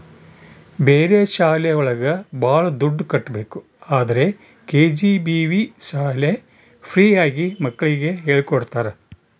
ಬೇರೆ ಶಾಲೆ ಒಳಗ ಭಾಳ ದುಡ್ಡು ಕಟ್ಬೇಕು ಆದ್ರೆ ಕೆ.ಜಿ.ಬಿ.ವಿ ಶಾಲೆ ಫ್ರೀ ಆಗಿ ಮಕ್ಳಿಗೆ ಹೇಳ್ಕೊಡ್ತರ